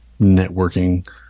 networking